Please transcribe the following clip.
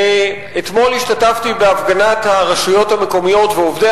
אתמול השתתפתי בהפגנת הרשויות המקומיות ועובדי